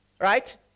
right